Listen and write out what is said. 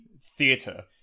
theatre